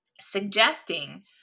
suggesting